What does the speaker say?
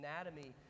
anatomy